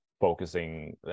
focusing